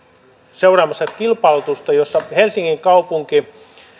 seuraamassa kilpailutusta jossa helsingin kaupunki